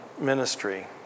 ministry